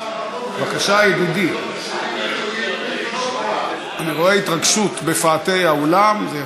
אני רואה התרגשות בפאתי האולם, זה יפה.